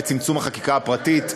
בצמצום החקיקה הפרטית.